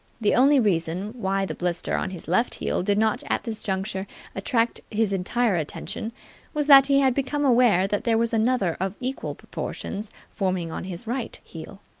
the only reason why the blister on his left heel did not at this juncture attract his entire attention was that he had become aware that there was another of equal proportions forming on his right heel.